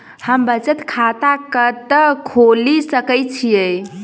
हम बचत खाता कतऽ खोलि सकै छी?